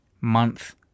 month